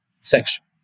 section